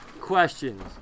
questions